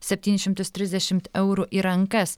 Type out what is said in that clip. septyni šimtus trisdešimt eurų į rankas